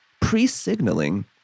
pre-signaling